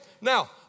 now